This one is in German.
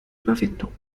überwindung